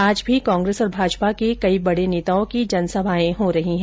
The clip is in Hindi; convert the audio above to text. आज भी कांग्रेस और भाजपा के कई बडे नेताओं की जनसभाएं हो रही है